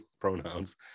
pronouns